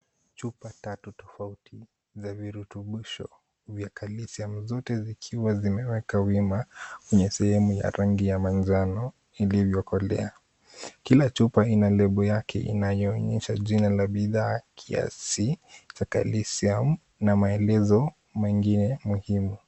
Chupa tatu tofauti za virutubisho vya kalsiamu, zote zikiwa zimewekwa wima kwenye sehemu ya rangi ya manjano iliyokolea. Kila chupa ina lebo yake inayoonyesha jina la bidhaa, kiasi cha kalsiamu na maelezo mengine muhimu.